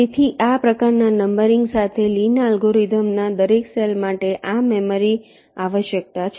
તેથી આ પ્રકારના નંબરિંગ સાથે લીના અલ્ગોરિધમના દરેક સેલ માટે આ મેમરી આવશ્યકતા છે